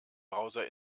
browser